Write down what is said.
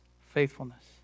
faithfulness